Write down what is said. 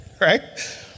right